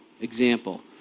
Example